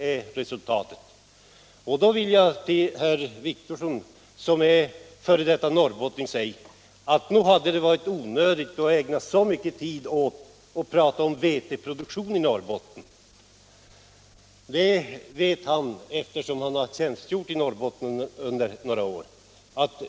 Jag vill till herr Wictorsson, som är f. d. norrbottning, säga att nog var det onödigt att ägna så mycket tid åt att prata om veteproduktion i Norrbotten. Det vet han eftersom han har tjänstgjort i Norrbotten under några år.